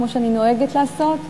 כמו שאני נוהגת לעשות,